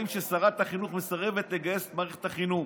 ששרת החינוך מסרבת לגייס את מערכת החינוך,